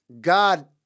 God